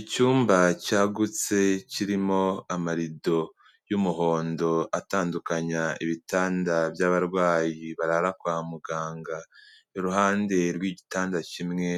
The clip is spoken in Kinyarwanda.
Icyumba cyagutse kirimo amarido y'umuhondo atandukanya ibitanda by'abarwayi barara kwa muganga. Iruhande rw'igitanda kimwe